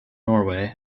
norway